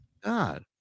God